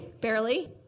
barely